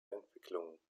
entwicklungen